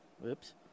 Whoops